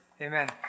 Amen